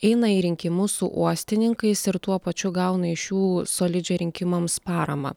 eina į rinkimus su uostininkais ir tuo pačiu gauna iš jų solidžią rinkimams paramą